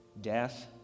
death